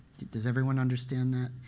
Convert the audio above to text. does everyone understand that?